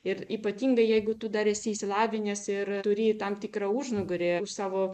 ir ypatingai jeigu tu dar esi išsilavinęs ir turi tam tikrą užnugarį už savo